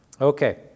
Okay